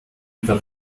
either